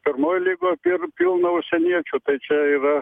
pirmoj lygoj pil pilna užsieniečių čia yra